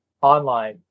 Online